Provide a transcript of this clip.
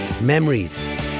Memories